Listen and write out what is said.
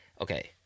Okay